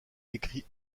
écrit